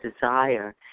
desire